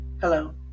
Hello